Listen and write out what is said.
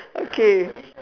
okay